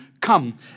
come